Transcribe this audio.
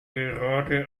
gerade